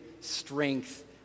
strength